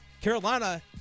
Carolina